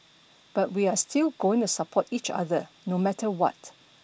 but we are still going to support each other no matter what